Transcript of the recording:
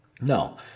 No